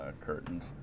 curtains